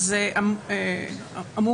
זה נאמר